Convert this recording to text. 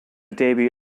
debut